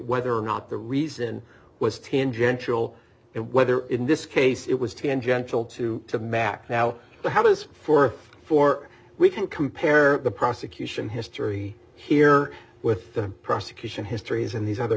whether or not the reason was tangential and whether in this case it was tangential to the map now so how does forty four we can compare the prosecution history here with the prosecution histories in these other